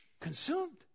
consumed